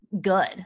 Good